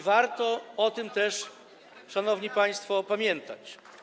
Warto o tym też, szanowni państwo, pamiętać.